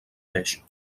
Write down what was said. beix